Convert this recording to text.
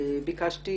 ביקשתי